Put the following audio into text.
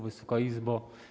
Wysoka Izbo!